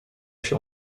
się